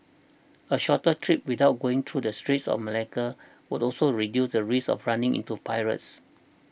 a shorter trip without going through the Straits of Malacca would also reduce the risk of running into pirates